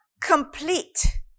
complete